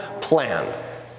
plan